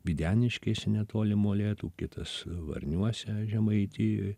vydeniškėse netoli molėtų kitas varniuose žemaitijoj